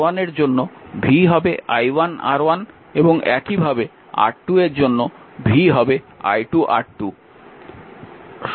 সুতরাং R1 এর জন্য v হবে i1 R1 এবং একইভাবে R2 এর জন্য v হবে i2 R2